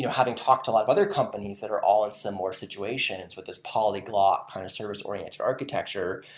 yeah having talked a lot of other companies that are all in similar situations with this polyglot kind of service-oriented architecture,